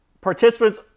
participants